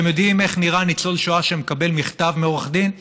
אתם יודעים איך נראה ניצול שואה שמקבל מכתב מעורך דין?